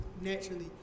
naturally